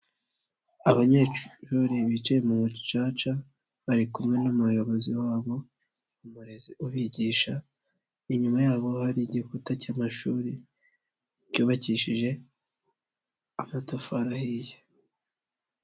Abanyeshuri bicaye mu mucaca, bari kumwe n'umuyobozi wabo umurezi ubigisha, inyuma yabo hari igikuta cy'amashuri, cyubakishije amatafari ahiye.